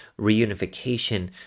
reunification